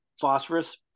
phosphorus